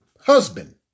husband